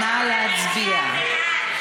נא להצביע.